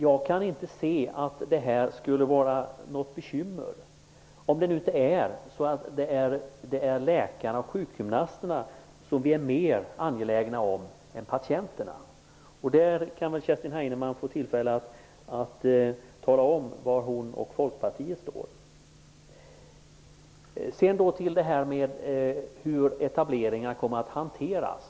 Jag kan inte se att detta skulle vara något bekymmer, om det nu inte är så att det är privatläkarna och de privata sjukgymnasterna som är mer angelägna än patienterna. Kerstin Heinemann kan kanske tala om var hon och Folkpartiet står i det sammanhanget. Sedan över till detta med hur etableringar kommer att hanteras.